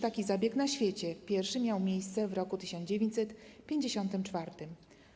taki zabieg na świecie - pierwszy miał miejsce w roku 1954.